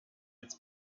its